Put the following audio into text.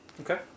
Okay